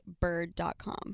bird.com